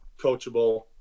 coachable